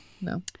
No